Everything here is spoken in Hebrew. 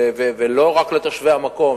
ולא רק לתושבי המקום.